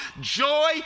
joy